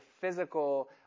physical